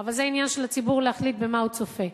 אבל זה עניין של הציבור להחליט במה הוא צופה,